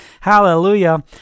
Hallelujah